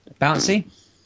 Bouncy